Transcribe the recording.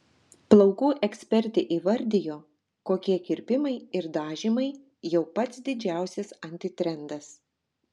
plaukų ekspertė įvardijo kokie kirpimai ir dažymai jau pats didžiausias antitrendas